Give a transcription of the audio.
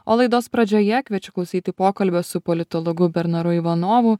o laidos pradžioje kviečiu klausyti pokalbio su politologu bernaru ivanovu